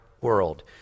world